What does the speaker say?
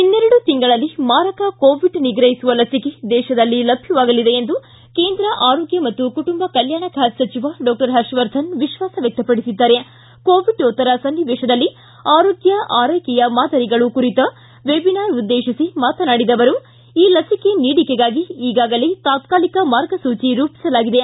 ಇನ್ನೆರಡು ತಿಂಗಳಲ್ಲಿ ಮಾರಕ ಕೋವಿಡ್ ನಿಗ್ರಹಿಸುವ ಲಭಿಕೆ ದೇಶದಲ್ಲಿ ಲಭ್ಯವಾಗಲಿದೆ ಎಂದು ಕೇಂದ್ರ ಆರೋಗ್ಯ ಮತ್ತು ಕುಟುಂಬ ಕಲ್ಕಾಣ ಖಾತೆ ಸಚಿವ ಡಾಕ್ಟರ್ ಹರ್ಷವರ್ಧನ್ ವಿಶ್ವಾಸ ವ್ಯಕ್ತಪಡಿಸಿದ್ದಾರೆ ಕೋವಿಡೋತ್ತರ ಸನ್ನಿವೇತದಲ್ಲಿ ಆರೋಗ್ಯ ಆರ್ನೆಕೆಯ ಮಾದರಿಗಳು ಕುರಿತ ವೆಬಿನಾರ್ ಉದ್ದೇಶಿಸಿ ಮಾತನಾಡಿದ ಅವರು ಈ ಲಸಿಕೆ ನೀಡಿಕೆಗಾಗಿ ಈಗಾಗಲೇ ತಾತ್ಕಾಲಿಕ ಮಾರ್ಗಸೂಚಿ ರೂಪಿಸಲಾಗಿದೆ